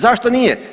Zašto nije?